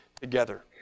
together